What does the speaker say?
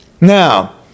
now